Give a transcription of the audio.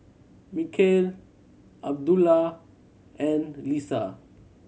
Mikhail Abdullah and Lisa